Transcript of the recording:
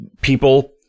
people